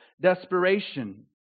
desperation